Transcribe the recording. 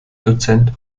dozent